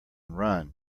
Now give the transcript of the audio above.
run